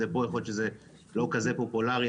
ויכול להיות שזה לא כזה פופולרי,